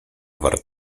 war